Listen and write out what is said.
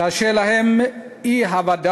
קשה להם האי-ודאות